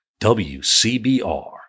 WCBR